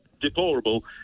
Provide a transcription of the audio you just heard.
deplorable